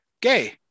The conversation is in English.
Gay